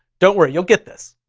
don't worry, you'll get this.